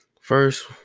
first